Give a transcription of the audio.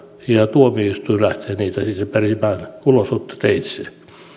ja tuomioistuin lähtee niitä sitten perimään ulosottoteitse